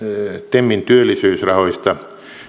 temin työllisyysrahoista